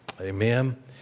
Amen